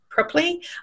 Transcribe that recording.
properly